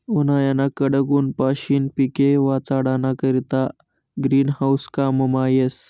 उन्हायाना कडक ऊनपाशीन पिके वाचाडाना करता ग्रीन हाऊस काममा येस